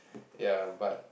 ya but